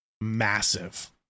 massive